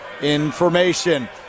information